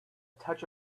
touch